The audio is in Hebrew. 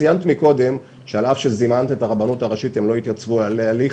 ציינת מקודם שעל אף שזימנת את הרבנות הראשית הם לא התייצבו להליך,